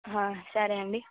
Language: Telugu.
సరే అండి